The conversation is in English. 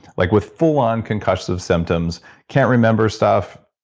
like with full-on concussive symptoms, can't remember stuff.